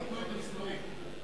על מנת להסיר ספק.